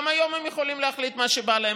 גם היום הם יכולים להחליט מה שבא להם.